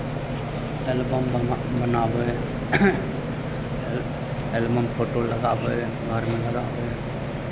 album बना बनाबै एल एल्बम फोटो लगाबै घरमे लगाबै